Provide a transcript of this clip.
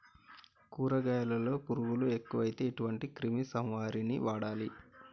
కూరగాయలలో పురుగులు ఎక్కువైతే ఎటువంటి క్రిమి సంహారిణి వాడాలి?